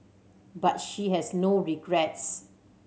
but she has no regrets